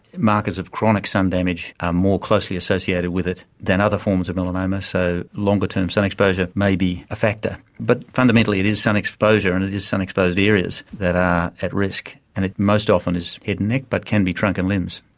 markers of chronic sun damage are more closely associated with it than other forms of melanoma, so longer term sun exposure may be a factor. but fundamentally it is sun exposure and it is sun-exposed areas that are at risk, and it most often is head and neck but can be trunk and limbs.